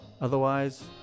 Otherwise